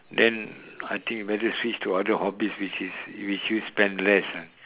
then I think better switch to other hobbies which is which you spend less ah